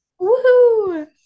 Woohoo